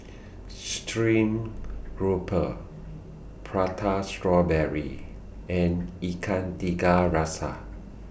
Stream Grouper Prata Strawberry and Ikan Tiga Rasa